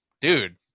dude